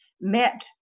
met